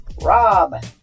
Rob